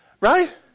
Right